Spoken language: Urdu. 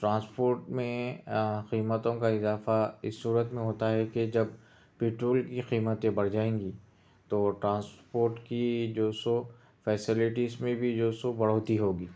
ٹرانسپورٹ میں آ قیمتوں کا اضافہ اِس صورت میں ہوتا ہے کہ جب پٹرول کی قیمتیں بڑھ جائیں گی تو ٹرانسپورٹ کی جو سو فیسیلٹیز میں بھی جو سو بڑھوتی ہوگی